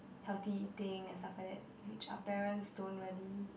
healthy thing and stuff like that which our parent don't really